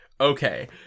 Okay